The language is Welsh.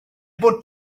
bod